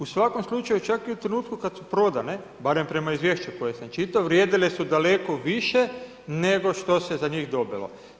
U svakom slučaju čak i u trenutku kad su prodane, barem prema izvješću koje sam čitao, vrijedile su daleko više nego što se za njih dobilo.